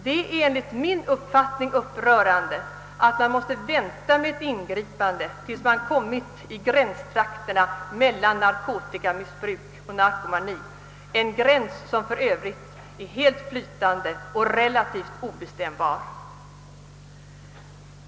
Det är enligt min mening upprörande att vi måste vänta med ett ingripande tills vederbörande kommit i gränstrakterna mellan narkotikamissbruk och narkomani — gränsen är för övrigt flytande och relativt obestämd.